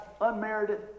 unmerited